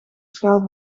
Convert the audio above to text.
schaal